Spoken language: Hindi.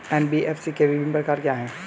एन.बी.एफ.सी के विभिन्न प्रकार क्या हैं?